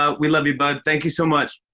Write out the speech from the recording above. ah we love you, bud. thank you so much.